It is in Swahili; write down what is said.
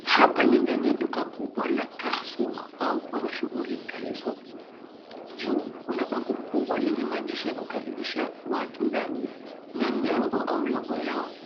Hapa ni ndani ya duka kubwa la (cs) Carrefour (cs) au kwa mashughuri (cs) Carrefour (cs). Juu kuna bango kubwa lenye maandishi ya kukaribisha watu ndani na nembo au (cs) logo (cs) yao.